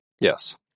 yes